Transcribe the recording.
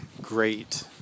great